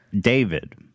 David